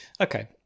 Okay